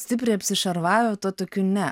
stipriai apsišarvavę tuo tokiu ne